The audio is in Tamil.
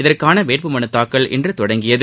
இதற்கான வேட்புமனுத் தாக்கல் இன்று தொடங்கியது